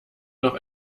noch